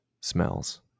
smells